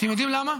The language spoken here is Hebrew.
אתם יודעים למה?